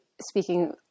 speaking